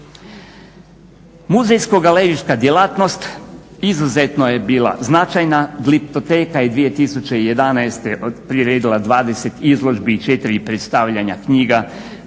Muzejsko-galerijska djelatnost izuzetno je bila značajna. Gliptoteka je 2011. priredila 20 izložbi i 4 predstavljanja knjiga,